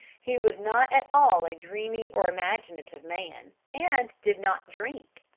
he was not at all a dreamy or imaginative man, and did not drink.